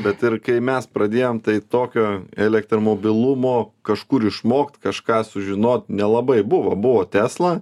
bet ir kai mes pradėjom tai tokio elektromobilumo kažkur išmokt kažką sužinot nelabai buvo buvo tesla